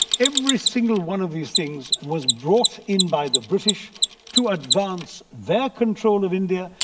every single one of these things was brought in by the british to advance their control of india.